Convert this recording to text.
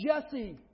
Jesse